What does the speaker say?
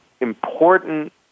important